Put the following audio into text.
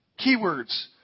keywords